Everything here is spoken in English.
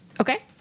Okay